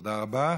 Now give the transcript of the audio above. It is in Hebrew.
תודה רבה.